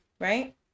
Right